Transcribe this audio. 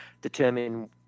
determine